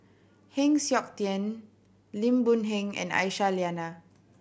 Heng Siok Tian Lim Boon Heng and Aisyah Lyana